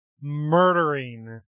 murdering